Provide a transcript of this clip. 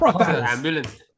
ambulance